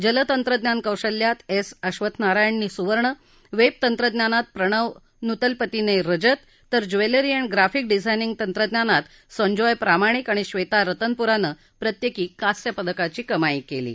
जलतंत्रज्ञान कौशल्यात एस अश्वथ नारायणने सुवर्ण वेब तंत्रज्ञानात प्रणव नुतलपतीने रजत तर ज्वेलरी अँड ग्राफिक डिझायनिंग तंत्रज्ञानात संजॉय प्रामाणिक आणि ब्वेता रतनपुराने प्रत्येकी कांस्य पदकाची कमाई केली आहे